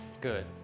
Good